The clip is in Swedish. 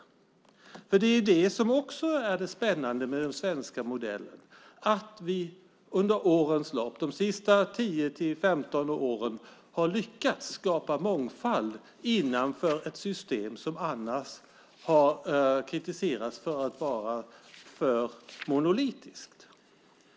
Det spännande med den svenska modellen är att vi under de sista 10-15 åren har lyckats skapa mångfald innanför ett system som annars har kritiserats för att vara för monolitiskt.